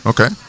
Okay